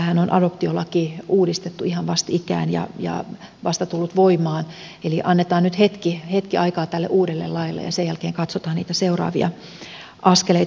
meillähän on adoptiolaki uudistettu ihan vastikään ja vasta tullut voimaan eli annetaan nyt hetki aikaa tälle uudelle laille ja sen jälkeen katsotaan niitä seuraavia askeleita